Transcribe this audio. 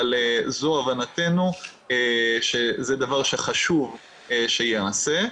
אבל זו הבנתנו, שזה דבר שחשוב שייעשה.